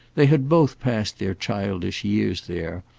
they had both passed their childish years there,